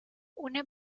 una